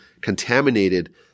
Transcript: contaminated